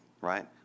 right